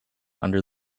under